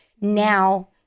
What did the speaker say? now